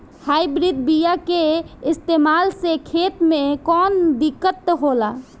Hybrid बीया के इस्तेमाल से खेत में कौन दिकत होलाऽ?